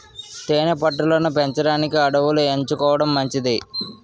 తేనె పట్టు లను పెంచడానికి అడవులను ఎంచుకోవడం మంచిది